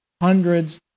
hundreds